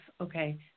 okay